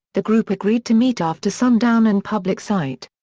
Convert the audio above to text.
the group agreed to meet after sundown in public sight.